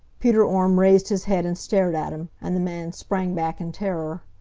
peter orme raised his head and stared at him, and the man sprang back in terror.